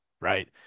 right